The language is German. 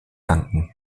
danken